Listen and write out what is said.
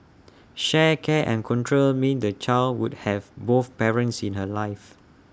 shared care and control meant the child would have both parents in her life